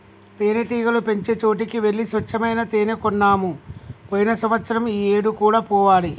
తేనెటీగలు పెంచే చోటికి వెళ్లి స్వచ్చమైన తేనే కొన్నాము పోయిన సంవత్సరం ఈ ఏడు కూడా పోవాలి